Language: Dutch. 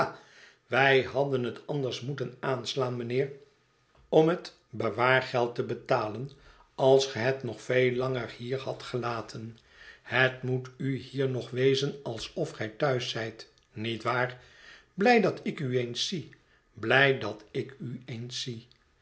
wij hadden het anders moeten aanslaan mijnheer om het bewaargeld te betalen als ge het nog veel langer hier hadt gelaten het moet u hier nog wezen alsof gij thuis zijt niet waar blij dat ik u eens zie blij dat ik u eens zie